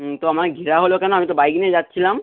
হুম তো আমাকে ঘেরা হলো কেন আমি তো বাইক নিয়ে যাচ্ছিলাম